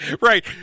Right